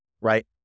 Right